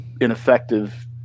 ineffective